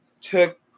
took